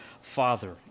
father